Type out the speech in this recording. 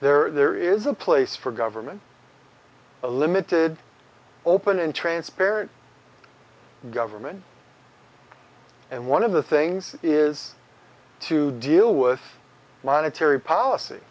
ere there is a place for government a limited open and transparent government and one of the things is to deal with monetary policy